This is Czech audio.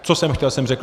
Co jsem chtěl, jsem řekl.